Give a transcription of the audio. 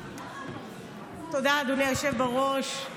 תודה, אדוני היושב-ראש.